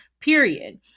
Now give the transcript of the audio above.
period